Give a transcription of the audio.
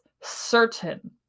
certain